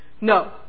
No